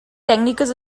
tècniques